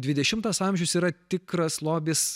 dvidešimtas amžius yra tikras lobis